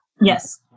Yes